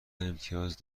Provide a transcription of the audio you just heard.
امتیاز